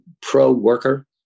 pro-worker